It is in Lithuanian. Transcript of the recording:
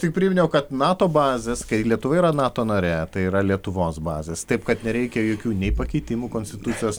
tik priminiau kad nato bazės kai lietuva yra nato narė tai yra lietuvos bazės taip kad nereikia jokių nei pakeitimų konstitucijos